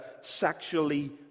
sexually